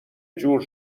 جور